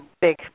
big